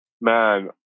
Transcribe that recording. man